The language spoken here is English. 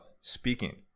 speaking